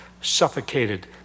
suffocated